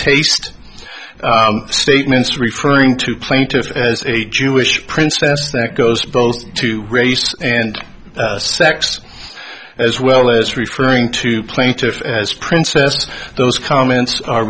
taste statements referring to plaintiff's jewish princess that goes both to race and sex as well as referring to plaintiff as princess those comments are